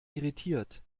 irritiert